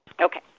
Okay